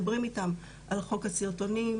מדברים איתם על חוק הסרטונים,